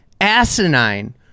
asinine